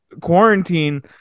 quarantine